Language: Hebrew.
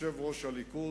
יושב-ראש הליכוד,